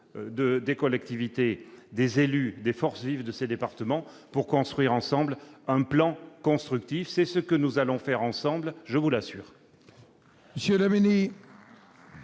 des collectivités, des élus, des forces vives de ces départements pour élaborer un plan constructif. C'est ce que nous allons faire ensemble, je vous l'assure